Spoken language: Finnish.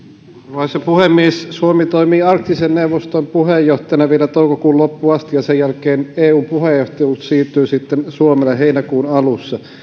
arvoisa puhemies suomi toimii arktisen neuvoston puheenjohtajana vielä toukokuun loppuun asti ja sen jälkeen eun puheenjohtajuus siirtyy suomelle heinäkuun alussa